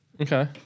Okay